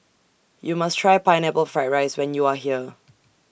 YOU must Try Pineapple Fried Rice when YOU Are here